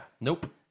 Nope